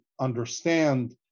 understand